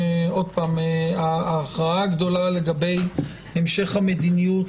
ההכרעה הגדולה לגבי המשך המדיניות,